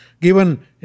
given